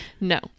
no